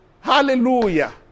Hallelujah